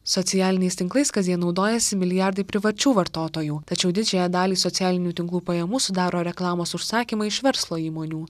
socialiniais tinklais kasdien naudojasi milijardai privačių vartotojų tačiau didžiąją dalį socialinių tinklų pajamų sudaro reklamos užsakymai iš verslo įmonių